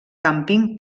càmping